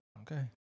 Okay